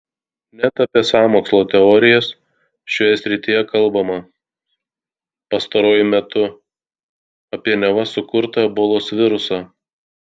net apie sąmokslo teorijas šioje srityje kalbama pastaruoju metu apie neva sukurtą ebolos virusą